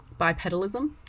bipedalism